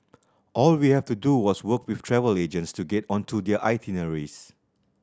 all we have to do was work with travel agents to get onto their itineraries